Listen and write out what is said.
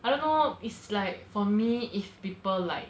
I don't know it's like for me if people like